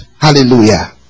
Hallelujah